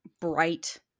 bright